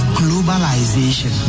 globalization